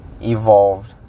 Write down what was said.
Evolved